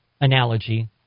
analogy